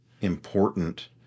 important